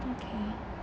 okay